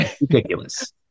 Ridiculous